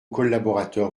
collaborateurs